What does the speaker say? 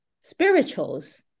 spirituals